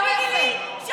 את תדברי אליי יפה,